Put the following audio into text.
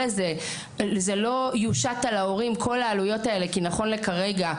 נכון לעכשיו,